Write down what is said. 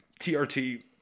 TRT